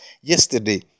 yesterday